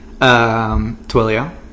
Twilio